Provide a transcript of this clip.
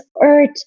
earth